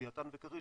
לווייתן וכריש,